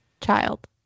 Child